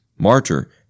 Martyr